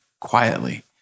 quietly